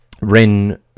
Ren